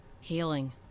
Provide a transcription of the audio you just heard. Healing